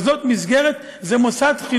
אבל זה מוסד חינוכי,